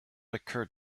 occurred